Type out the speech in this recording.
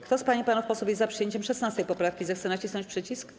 Kto z pań i panów posłów jest za przyjęciem 16. poprawki, zechce nacisnąć przycisk.